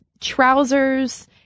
trousers